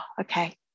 okay